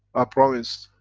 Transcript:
i promised,